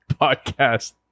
podcast